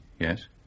yes